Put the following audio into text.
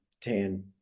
Tan